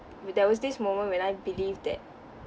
there was this moment when I believed that